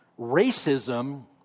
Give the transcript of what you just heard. racism